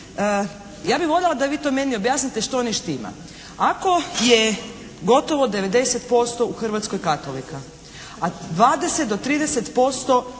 ja bih voljela da vi to meni objasnite što ne štima? Ako je gotovo 90% u Hrvatskoj katolika a 20 do 30%